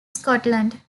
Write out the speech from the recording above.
scotland